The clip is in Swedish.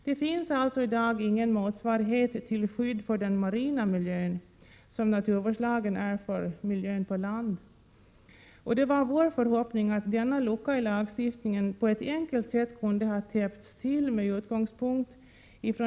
Det finns ingen motsvarighet till skydd för den marina miljön så som naturvårdslagen är för miljön på land, och det var vår förhoppning att denna lucka i lagstiftningen på ett enkelt sätt kunde ha täppts till.